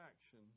action